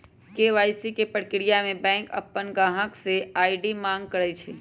KYC के परक्रिया में बैंक अपन गाहक से आई.डी मांग करई छई